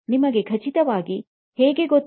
ನಿಮಗೆ ಖಚಿತವಾಗಿ ಹೇಗೆ ಗೊತ್ತು